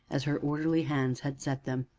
as her orderly hands had set them,